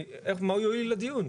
מה הוא יועיל לדיון?